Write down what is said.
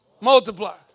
Multiply